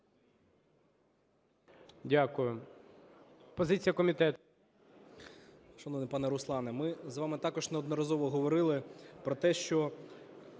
Дякую. Позиція комітету.